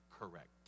correct